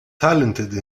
talented